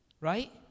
Right